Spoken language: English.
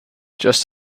just